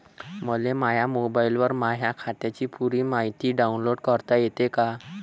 मले माह्या मोबाईलवर माह्या खात्याची पुरी मायती डाऊनलोड करता येते का?